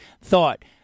thought